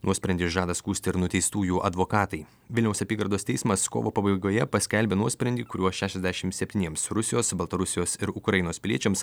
nuosprendį žada skųsti ir nuteistųjų advokatai vilniaus apygardos teismas kovo pabaigoje paskelbė nuosprendį kuriuo šešiasdešim septyniems rusijos baltarusijos ir ukrainos piliečiams